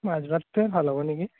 মাজবাটটোৱে ভাল হ'ব নেকি